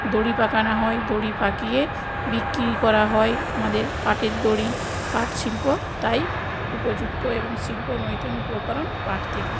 দড়ি পাকানা হয় দড়ি পাকিয়ে বিক্রি করা হয় আমাদের পাটের দড়ি পাট শিল্প তাই উপযুক্ত এবং শিল্প উপকরণ পাট থেকে